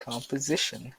composition